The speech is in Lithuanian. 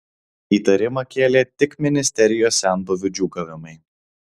įtarimą kėlė tik ministerijos senbuvių džiūgavimai